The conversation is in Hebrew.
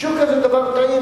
שקשוקה היא מאכל טעים,